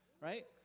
right